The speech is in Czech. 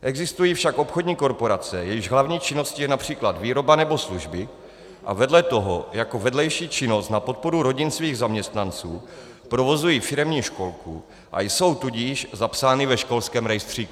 Existují však obchodní korporace, jejichž hlavní činností je například výroba nebo služby a vedle toho jako vedlejší činnost na podporu rodin svých zaměstnanců provozují firemní školku, a jsou tudíž zapsány ve školském rejstříku.